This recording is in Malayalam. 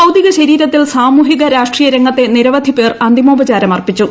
ഭൌതിക ശരീരത്തിൽ സാമൂഹിക രാഷ്ട്രീയ രംഗത്തെ നിരവധി പേർ അന്തിമോപചാരം അർപ്പിച്ചു